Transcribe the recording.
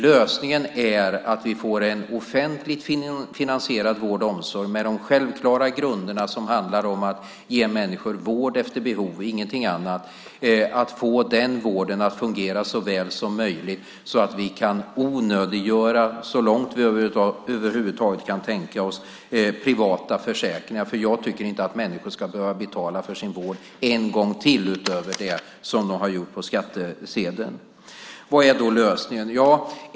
Lösningen är att vi får en offentligt finansierad vård och omsorg med den självklara grunden att ge människor vård efter behov - ingenting annat. Det handlar om att få den vården att fungera så väl som möjligt så att vi, så långt det över huvud taget kan tänkas, kan onödiggöra privata försäkringar. Jag tycker inte att människor ska behöva betala för sin vård en gång till utöver det som de har gjort på skattsedeln. Vad är då lösningen?